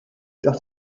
doch